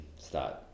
start